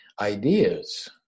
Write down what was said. ideas